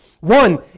One